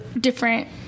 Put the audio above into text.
different